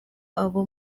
abo